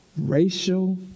racial